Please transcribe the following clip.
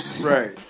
Right